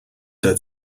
that